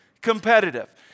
competitive